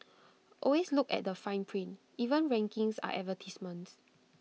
always look at the fine print even rankings are advertisements